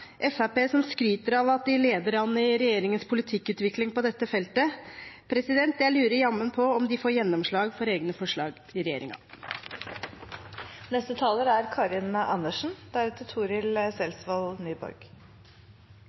skryter av at de leder an i regjeringens politikkutvikling på dette feltet. Jeg lurer jammen på om de får gjennomslag for egne forslag i